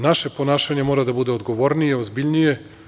Naše ponašanje mora da bude odgovornije, ozbiljnije.